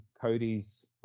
Cody's